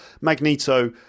Magneto